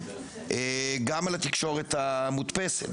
גם על התקשורת המודפסת,